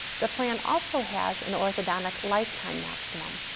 the plan also has an orthodontic lifetime maximum,